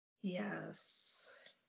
Yes